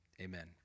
Amen